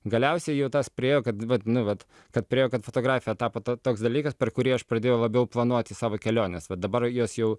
galiausiai jau tas priėjo kad vat nu vat kad priėjo kad fotografija tapo ta toks dalykas per kurį aš pradėjau labiau planuoti savo keliones va dabar jos jau